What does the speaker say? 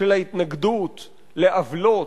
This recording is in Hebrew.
של ההתנגדות לעוולות.